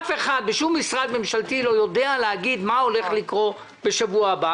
אף אחד בשום משרד ממשלתי לא יודע להגיד מה הולך לקרות בשבוע הבא.